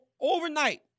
overnight